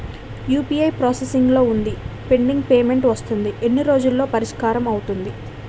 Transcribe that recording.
UPI process లో వుందిపెండింగ్ payment వస్తుంది ఎన్ని రోజుల్లో పరిష్కారం అవుతుంది